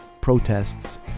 protests